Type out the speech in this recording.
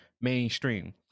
mainstream